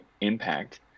impact